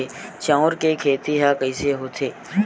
चांउर के खेती ह कइसे होथे?